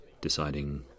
deciding